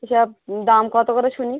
সব দাম কত করে শুনি